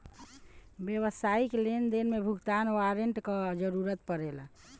व्यावसायिक लेनदेन में भुगतान वारंट कअ जरुरत पड़ेला